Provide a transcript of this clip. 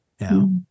now